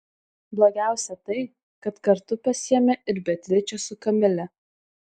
blogiausia tai kad kartu pasiėmė ir beatričę su kamile